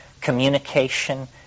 Communication